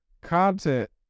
content